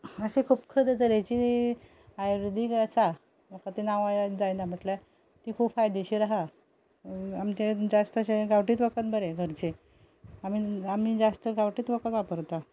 अशे खूब कसले कसले तरेची आयुर्वेदीक आसा म्हाका तीं नांवा याद जायना म्हटल्यार ती खूब फायदेशीर आसा आमचे जास्त अशे गांवठीच वखद बरें घरचें आमी जास्त गांवठीच वापरता